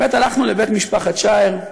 באמת הלכנו לבית משפחת שער.